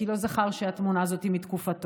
כי הוא לא זכר שהתמונה הזאת היא מתקופתו.